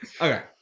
Okay